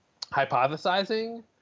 hypothesizing